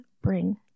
bring